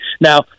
Now